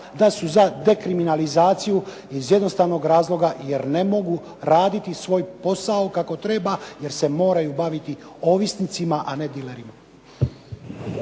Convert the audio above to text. da su za dekriminalizaciju iz jednostavnog razloga jer ne mogu raditi svoj posao kako treba jer se moraju baviti ovisnicima, a ne dilerima.